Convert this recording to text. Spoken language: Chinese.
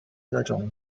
各种